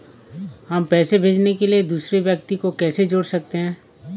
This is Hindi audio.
हम पैसे भेजने के लिए दूसरे व्यक्ति को कैसे जोड़ सकते हैं?